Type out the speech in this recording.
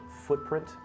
footprint